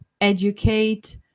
educate